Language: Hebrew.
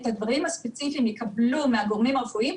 את הדברים הספציפיים הם יקבלו מהגורמים הרפואיים.